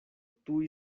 tuj